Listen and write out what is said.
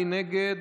מי נגד?